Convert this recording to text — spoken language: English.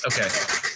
Okay